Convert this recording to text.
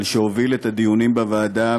על שהוביל את הדיון בוועדה,